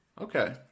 Okay